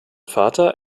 vater